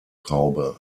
traube